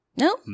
No